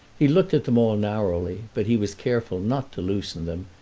he looked at them all narrowly, but he was careful not to loosen them,